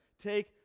Take